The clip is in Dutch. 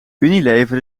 unilever